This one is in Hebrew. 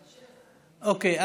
אוקיי,